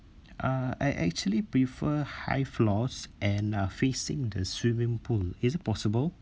uh I actually prefer high floors and uh facing the swimming pool is it possible